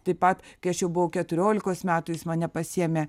taip pat kai aš jau buvau keturiolikos metų jis mane pasiėmė